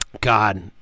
god